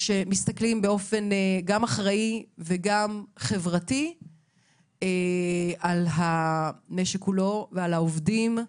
שמסתכלים באופן גם אחראי וגם חברתי על המשק כולו ועל העובדים.